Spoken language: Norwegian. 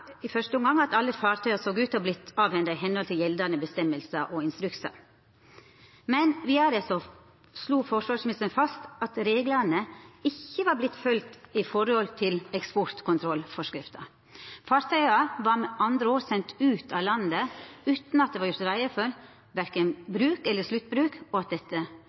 i første omgang at alle fartøya såg ut til å ha vorte avhenda i samsvar med gjeldande reglar og instruksar. Men vidare slo forsvarsministeren fast at reglane i eksportkontrollforskrifta ikkje var følgde. Fartøya var med andre ord sende ut av landet utan at det var gjort greie for verken bruk eller sluttbruk, og dette var kritikkverdig, sa forsvarsministeren. Statsråden gjorde det klart at